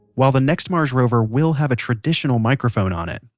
while the next mars rover will have a traditional microphone on it,